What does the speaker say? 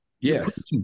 Yes